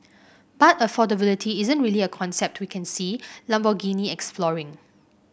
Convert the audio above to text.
but affordability isn't really a concept we can see Lamborghini exploring